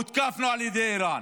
הותקפנו על ידי איראן.